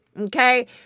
okay